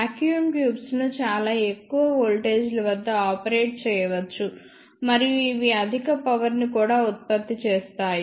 vacuum tubes ను చాలా ఎక్కువ వోల్టేజ్ల వద్ద ఆపరేట్ చేయవచ్చు మరియు ఇవి అధిక పవర్ ను కూడా ఉత్పత్తి చేస్తాయి